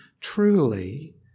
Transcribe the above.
truly